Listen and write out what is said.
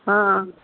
ಹಾಂ